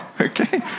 Okay